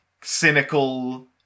cynical